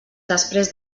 després